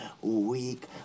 weak